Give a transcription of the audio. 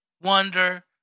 Wonder